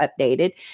updated